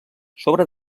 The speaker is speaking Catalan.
sobre